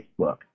Facebook